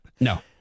No